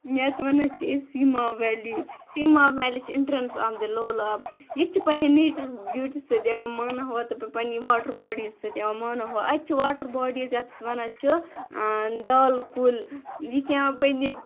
یتھ ونان چھِ أسۍ سیماب ویلی سیماب ویلی چھِ entrance of the Lolab valley یتہِ چھِ پَننہِ نیچرَل بیٚوٹی سۭتۍ یوان ماننہٕ ہوا تہ پَننہِ واٹر باڑی سۭتۍ یوان مانا ہوا اَتہ چھِ واٹر باڑیز یَتھ أسۍ ونان چھِ دالٕ کُل یہِ چھُ یوان پَننہِ